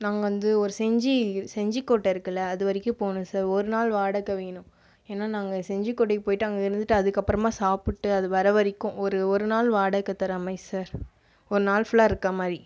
நாங்கள் வந்து ஒரு செஞ்சி செஞ்சிக்கோட்டை இருக்கு இல்லை அதுவரைக்கும் போகனும் சார் ஒரு நாள் வாடகை வேணும் ஏன்னா நாங்கள் செஞ்சிகோட்டைக்கு போய்விட்டு அங்கிருந்துவிட்டு அதுக்கப்புறமாக சாப்பிட்டு அது வரவரைக்கும் ஒரு ஒரு நாள் வாடகை தர மாதிரி சார் ஒரு நாள் ஃபுல்லாக இருக்கிற மாதிரி